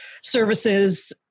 services